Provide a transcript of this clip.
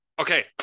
Okay